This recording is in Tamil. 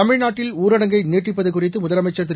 தமிழ்நாட்டில் ஊரடங்கை நீட்டிப்பது குறித்து முதலமைச்சர் திரு